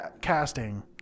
casting